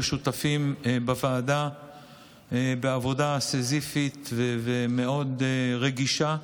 שותפים בוועדה בעבודה סיזיפית ומאוד רגישה.